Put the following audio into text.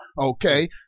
Okay